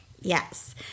Yes